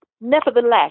nevertheless